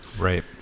Right